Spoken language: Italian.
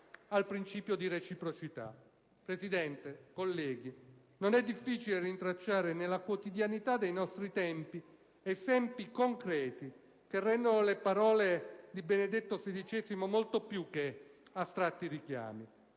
al principio di reciprocità. Signora Presidente, colleghi, non è difficile rintracciare nella quotidianità dei nostri tempi esempi concreti che rendano le parole di Benedetto XVI molto più che astratti richiami.